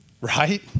right